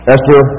Esther